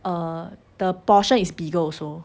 um the portion is bigger also